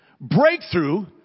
Breakthrough